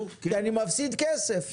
כי אני מפסיד כסף,